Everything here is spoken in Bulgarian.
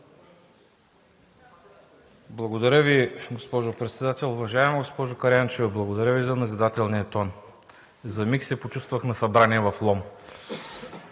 Благодаря Ви, госпожо Председател. Уважаема госпожо Караянчева, благодаря Ви, за назидателния тон и за миг се почувствах на събрание в Лом.